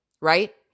right